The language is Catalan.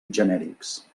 genèrics